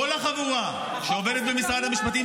כל החבורה שעובדת במשרד המשפטים,